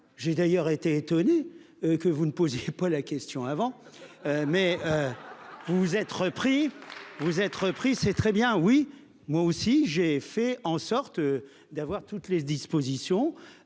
J'ai d'ailleurs été étonné que vous ne posez pas la question avant. Mais. Vous vous êtes repris vous être pris, c'est très bien oui. Moi aussi j'ai fait en sorte d'avoir toutes les dispositions.